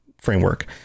framework